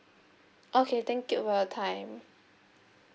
okay thank you for your time